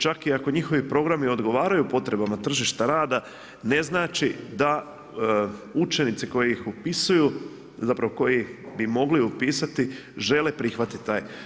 Čak i ako njihovi programi odgovaraju potrebama tržišta rada ne znači da učenici koji ih upisuju, zapravo koji bi mogli upisati žele prihvatiti taj.